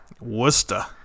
Worcester